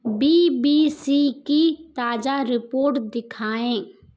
B B C की ताज़ा report दिखाएँ